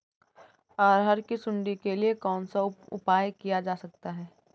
अरहर की सुंडी के लिए कौन सा उपाय किया जा सकता है?